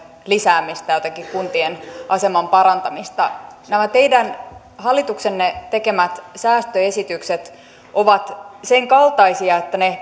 lisäämistä jotenkin kuntien aseman parantamista nämä teidän hallituksenne tekemät säästöesitykset ovat sen kaltaisia että ne